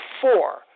four